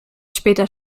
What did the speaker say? später